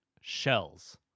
shells